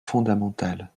fondamentale